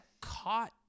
caught